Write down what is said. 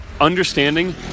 understanding